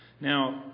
Now